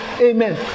Amen